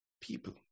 people